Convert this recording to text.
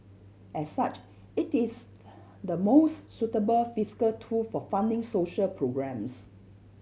as such it is the most suitable fiscal tool for funding social programmes